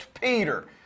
Peter